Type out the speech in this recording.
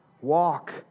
walk